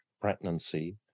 pregnancy